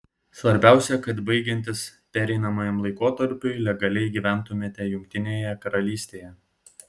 svarbiausia kad baigiantis pereinamajam laikotarpiui legaliai gyventumėte jungtinėje karalystėje